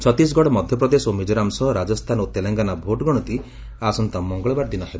ଛତିଶ୍ଗଡ଼ ମଧ୍ୟପ୍ରଦେଶ ଓ ମିକୋରାମ୍ ସହ ରାଜସ୍ଥାନ ଓ ତେଲଙ୍ଗାନା ଭୋଟ୍ଗଣତି ଆସନ୍ତା ମଙ୍ଗଳବାର ଦିନ ହେବ